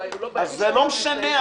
לא משנה.